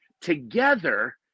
Together